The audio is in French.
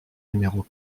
numéro